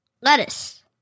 Lettuce